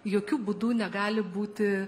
jokiu būdu negali būti